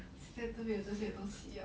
都没有这些的东西了